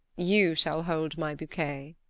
you shall hold my bouquet.